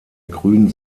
grün